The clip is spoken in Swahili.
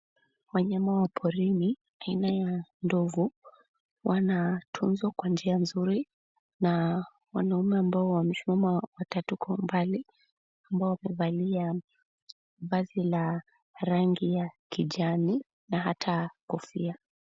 Wanyama wa porini aina ya ndovu, wanatunzwa kwa njia nzuri na wanaume ambao wamesimama watatu kwa umbali, ambao wamevalia vazi la rangi ya kijani na ata kofia.